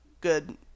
good